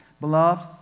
Beloved